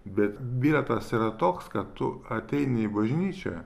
bet bilietas yra toks kad tu ateini į bažnyčią